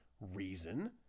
reason